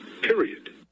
period